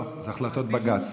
לא, זה החלטות בג"ץ.